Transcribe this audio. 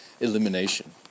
elimination